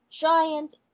giant